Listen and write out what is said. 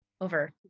over